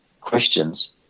questions